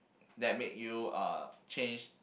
that make you uh change